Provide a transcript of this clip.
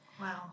Wow